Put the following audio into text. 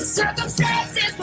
circumstances